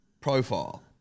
profile